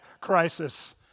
crisis